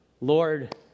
Lord